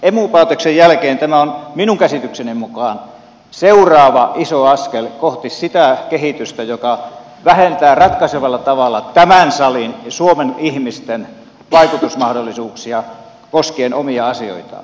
emu päätöksen jälkeen tämä on minun käsitykseni mukaan seuraava iso askel kohti sitä kehitystä joka vähentää ratkaisevalla tavalla tämän salin ja suomen ihmisten vaikutusmahdollisuuksia koskien omia asioitaan